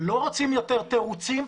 לא רוצים יותר תירוצים,